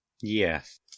Yes